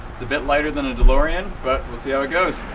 its a bit lighter than a delorean but we'll see how it goes.